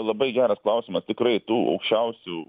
labai geras klausimas tikrai tų aukščiausių